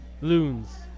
Loons